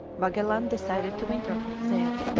magellan decided to winter there.